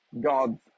God's